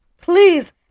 please